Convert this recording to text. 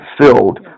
filled